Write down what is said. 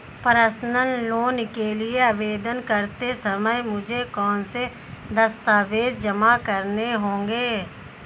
Personal loan के लिए आवेदन करते समय मुझे कौन से दस्तावेज़ जमा करने होंगे?